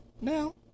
now